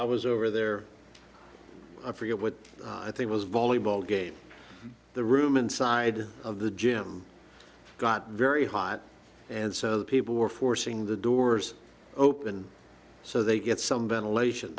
i was over there i forget what they was volleyball game the room inside of the gym got very hot and so the people were forcing the doors open so they get some ventilation